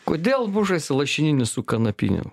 kodėl mušasi lašininis su kanapiniu